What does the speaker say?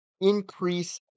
increase